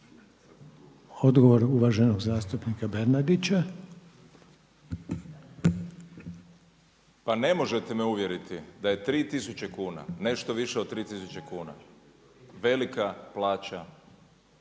Odgovor uvaženog zastupnika Bernardića. **Bernardić, Davor (SDP)** Pa ne možete me uvjeriti da je 3000 kuna, nešto više od 3000 kuna velika plaća